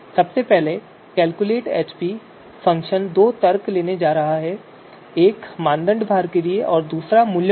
सबसे पहले calculate AHP function दो तर्क लेने जा रहा है एक मानदंड भार के लिए और दूसरा मूल्यों के लिए